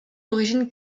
d’origine